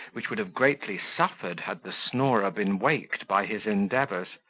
which would have greatly suffered had the snorer been waked by his endeavours.